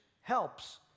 helps